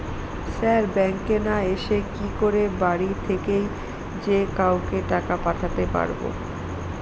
Sir ব্যাঙ্কে না এসে কি করে বাড়ি থেকেই যে কাউকে টাকা পাঠাতে পারবো?